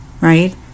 right